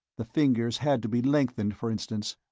the fingers had to be lengthened, for instance.